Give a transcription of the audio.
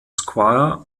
squire